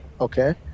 okay